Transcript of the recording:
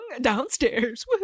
downstairs